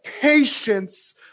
patience